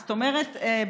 זאת אומרת,